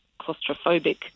claustrophobic